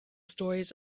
stories